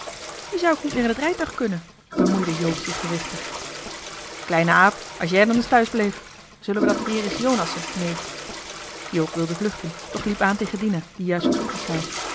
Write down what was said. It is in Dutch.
je zou ook niet meer in het rijtuig kunnen bemoeide joop zich gewichtig kleine aap als jij dan es thuisbleef zullen wij dat heer s jonassen neef joop wilde vluchten doch liep aan tegen dina die juist was opgestaan